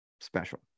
special